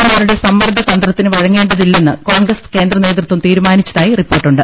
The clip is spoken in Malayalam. എ മാരുടെ സമ്മർദ്ദ തന്ത്രത്തിന് വഴങ്ങേണ്ടതില്ലെന്ന് കോൺഗ്രസ് കേന്ദ്രനേതൃത്തം തീരുമാനിച്ചതായി റിപ്പോർട്ടുണ്ട്